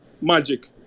Magic